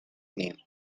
name